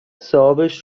صاحابش